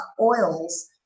oils